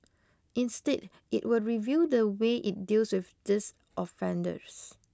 instead it will review the way it deals with these offenders